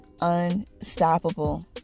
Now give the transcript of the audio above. unstoppable